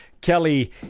kelly